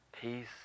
peace